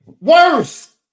Worse